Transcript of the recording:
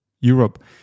Europe